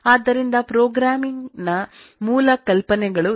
ಆದ್ದರಿಂದ ಪ್ರೋಗ್ರಾಮಿಂಗ್ ನ ಮೂಲ ಕಲ್ಪನೆಗಳು ಈ ಸಮಯದಲ್ಲಿ ಪರಿಚಯಿಸಲ್ಪಟ್ಟವು